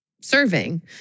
serving